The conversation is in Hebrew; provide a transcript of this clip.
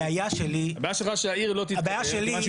הבעיה שלך שהעיר לא תתקדם כיוון שהוא